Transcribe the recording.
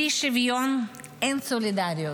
בלי שוויון אין סולידריות,